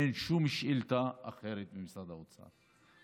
אין שום שאילתה אחרת במשרד האוצר,